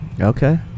Okay